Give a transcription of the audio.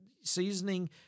seasoning